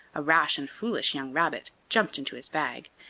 a rash and foolish young rabbit jumped into his bag,